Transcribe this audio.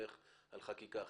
ולהסתמך על חקיקה אחרת.